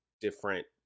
different